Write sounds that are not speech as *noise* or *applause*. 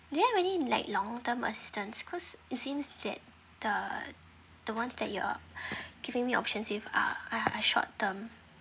do you have any like long term assistance cause it seems that the the ones that you're *breath* giving me options with uh uh are short term